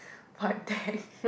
void deck